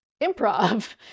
improv